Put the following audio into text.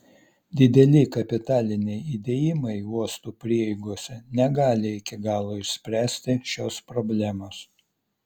dideli kapitaliniai įdėjimai uostų prieigose negali iki galo išspręsti šios problemos